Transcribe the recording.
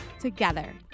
together